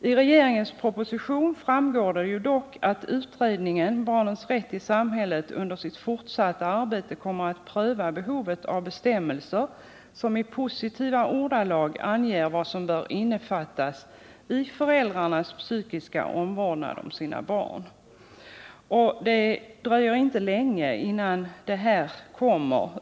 I regeringens proposition framgår det dock att utredningen Barnens rätt i samhället under sitt fortsatta arbete kommer att pröva behovet av bestämmelser som i positiva ordalag anger vad som bör innefattas i föräldrars psykiska omvårdnad om sina barn, och det dröjer inte länge innan detta kommer.